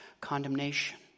condemnation